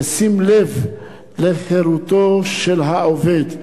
בשים לב לחירותו של העובד,